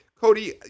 Cody